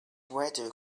weather